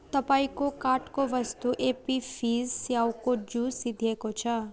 तपाईँको कार्टको वस्तु एप्पी फिज स्याउको जुस सिद्धिएको छ